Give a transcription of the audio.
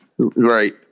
right